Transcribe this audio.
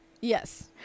Yes